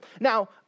Now